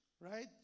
right